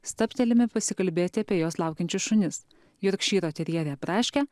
stabtelime pasikalbėti apie jos laukiančius šunis jorkšyro terjerę braškę